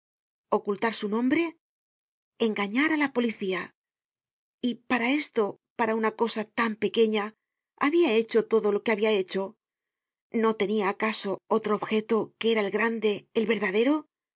ocultar su nombre engañar á la policía ypara esto para una cosa tan pequeña habia hecho todo lo que habia hecho no tenia acaso otro objeto qüe era el grande el verdadero